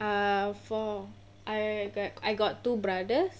err four I got I got two brothers